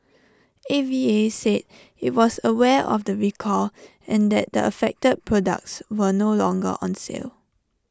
A V A said IT was aware of the recall and that the affected products were no longer on sale